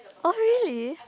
oh really